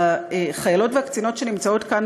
החיילות והקצינות שנמצאות כאן,